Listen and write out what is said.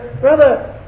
Brother